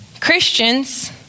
Christians